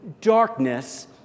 darkness